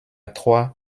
trois